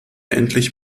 endlich